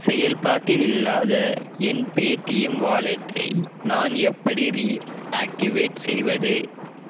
செயல்பாட்டில் இல்லாத என் பேடிஎம் வாலெட்டை நான் எப்படி ரீஆக்டிவேட் செய்வது